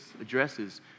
addresses